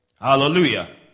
Hallelujah